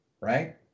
Right